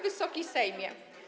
Wysoki Sejmie!